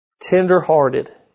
tender-hearted